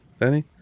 Danny